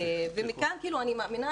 מכאן אני מאמינה,